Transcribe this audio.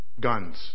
Guns